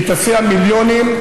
והיא תסיע מיליונים,